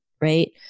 right